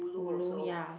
ulu ya